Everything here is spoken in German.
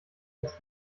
ins